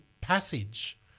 passage